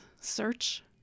search